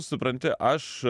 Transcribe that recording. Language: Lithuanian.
supranti aš